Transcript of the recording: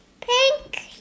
Pink